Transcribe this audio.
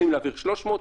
רוצים להעביר 300?